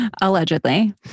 Allegedly